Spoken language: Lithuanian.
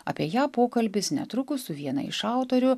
apie ją pokalbis netrukus su viena iš autorių